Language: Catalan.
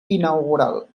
inaugural